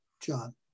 John